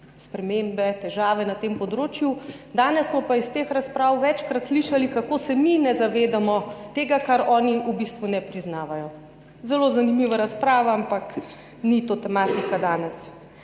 spremembe, težave na tem področju, danes smo pa iz teh razprav večkrat slišali, kako se mi ne zavedamo tega, kar oni v bistvu ne priznavajo. Zelo zanimiva razprava, ampak ni to danes